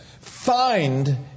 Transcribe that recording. Find